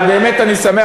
אבל באמת אני שמח.